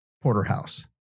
porterhouse